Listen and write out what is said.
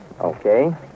Okay